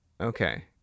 Okay